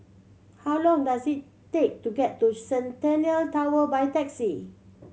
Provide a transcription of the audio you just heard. how long does it take to get to Centennial Tower by taxi